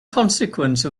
consequence